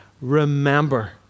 remember